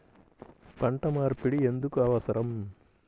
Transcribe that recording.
పంట మార్పిడి ఎందుకు అవసరం?